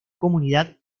comunidad